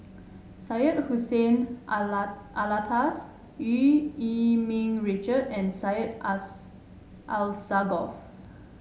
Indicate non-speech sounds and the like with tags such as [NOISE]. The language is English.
Syed Hussein [UNINTELLIGIBLE] Alatas Eu Yee Ming Richard and Syed [UNINTELLIGIBLE] Alsagoff